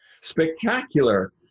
Spectacular